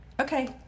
Okay